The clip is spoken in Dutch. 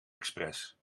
express